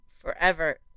forever